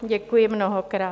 Děkuji mnohokrát.